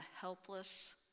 helpless